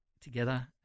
together